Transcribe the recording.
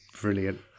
brilliant